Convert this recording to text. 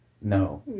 no